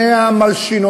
אדוני: 100 "מלשינונים"